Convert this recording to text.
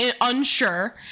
unsure